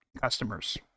customers